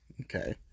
Okay